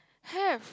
have